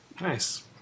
Nice